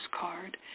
card